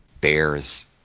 bears